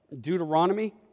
Deuteronomy